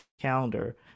calendar